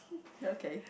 okay